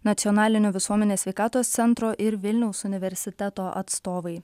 nacionalinio visuomenės sveikatos centro ir vilniaus universiteto atstovai